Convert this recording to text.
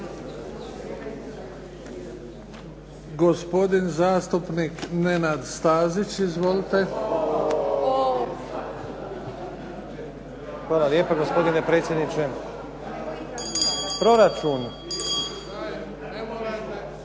Hvala lijepa gospodine predsjedniče. Proračun